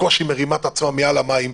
בקושי מרימה את עצמה מעל המים,